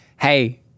hey